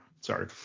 Sorry